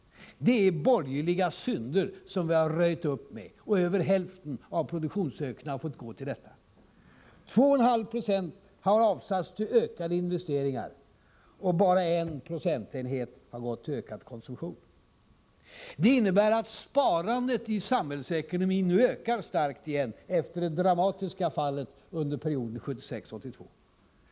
Det är borgerliga synder som vi har röjt upp med, och över hälften av produktionsökningen har fått gå till detta. 2,5 procentenheter har avsatts till ökade investeringar. Bara 1 procentenhet har gått till ökad konsumtion. Det innebär att sparandet i samhällsekonomin nu ökar starkt igen, efter det dramatiska fallet under perioden 1976-1982.